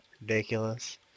ridiculous